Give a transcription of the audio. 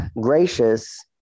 gracious